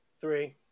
Three